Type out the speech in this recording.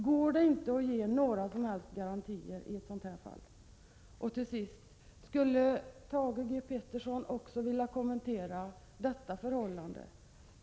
Går det inte att ge några som helst garantier i ett sådant fall? Till sist: Skulle Thage Peterson vilja kommentera detta förhållande?